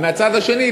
ומהצד השני,